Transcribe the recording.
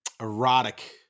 erotic